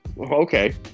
okay